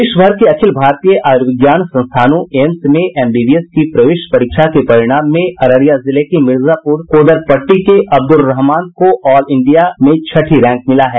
देश भर के अखिल भारतीय आयुर्विज्ञान संस्थानों एम्स में एमबीबीएस की प्रवेश परीक्षा के परिणाम में अररिया जिले के मिर्जापुर कोदरपट्टी के अब्दुर्र रहमान को ऑल इंडिया में छठी रैंक मिला है